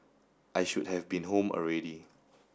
I should have been home already